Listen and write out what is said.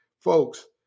folks